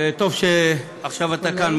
וטוב שעכשיו אתה כאן,